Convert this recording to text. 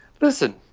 Listen